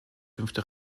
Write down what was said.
fünfte